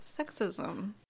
sexism